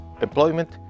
employment